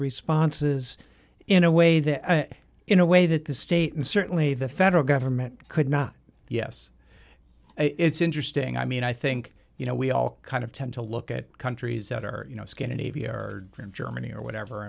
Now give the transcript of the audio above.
responses in a way that in a way that the state and certainly the federal government could not yes it's interesting i mean i think you know we all kind of tend to look at countries that are you know scandinavia or germany or whatever